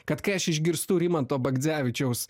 kad kai aš išgirstu rimanto bagdzevičiaus